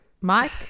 Mike